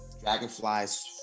dragonflies